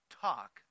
talk